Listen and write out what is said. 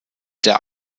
der